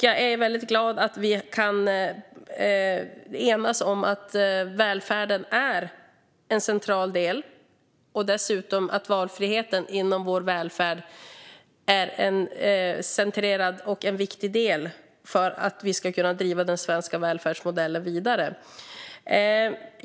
Jag är mycket glad över att vi kan enas om att välfärden är en central del och att valfriheten inom vår välfärd dessutom är en centrerad och viktig del för att vi ska kunna driva den svenska välfärdsmodellen vidare.